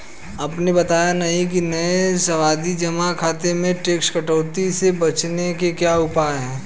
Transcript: आपने बताया नहीं कि नये सावधि जमा खाते में टैक्स कटौती से बचने के क्या उपाय है?